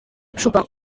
chopin